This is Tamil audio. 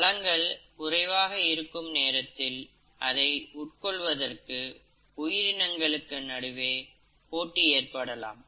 வளங்கள் குறைவாக இருக்கும் நேரத்தில் அதை உட்கொள்வதற்கு உயிரினங்களுக்கு நடுவே போட்டி ஏற்படலாம்